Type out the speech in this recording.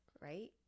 right